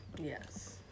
Yes